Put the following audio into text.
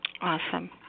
Awesome